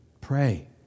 Pray